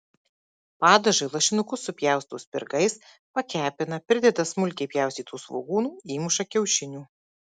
padažui lašinukus supjausto spirgais pakepina prideda smulkiai pjaustytų svogūnų įmuša kiaušinių